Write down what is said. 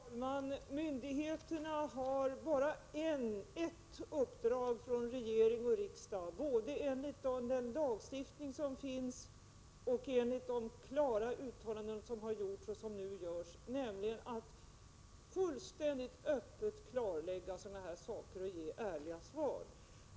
Herr talman! Myndigheterna har bara ett uppdrag från regering och riksdag både enligt den lagstiftning som finns och enligt de klara uttalanden som gjorts och görs, nämligen att fullständigt öppet klarlägga sådana här frågor och ge ärliga svar.